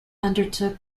undertook